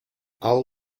all